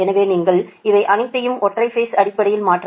எனவே நீங்கள் இவை அனைத்தையும் ஒற்றை பேஸ் அடிப்படையில் மாற்ற வேண்டும்